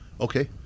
okay